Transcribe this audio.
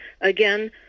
again